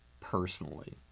personally